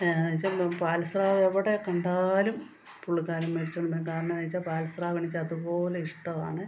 വെച്ചാൽ പാൽസ്രാവെവിടെ കണ്ടാലും പുള്ളിക്കാരൻ മേടിച്ചു കൊണ്ടു വരും കാരണമെന്നായെന്നു വെച്ചാൽ പാൽസ്രാവെനിക്കതുപോലിഷ്ടമാണ്